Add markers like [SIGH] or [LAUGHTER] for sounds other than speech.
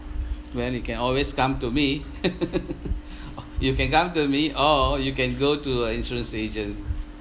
well you can always come to me [LAUGHS] or you can come to me or you can go to a insurance agent